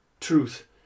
truth